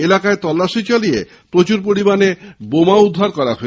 এলাকায় তল্লাশি চালিয়ে প্রচুর পরিমাণে বোমা উদ্ধার করা হয়েছে